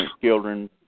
children